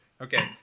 Okay